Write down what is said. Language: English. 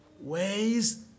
ways